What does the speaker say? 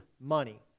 money